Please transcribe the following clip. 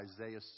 Isaiah